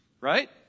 Right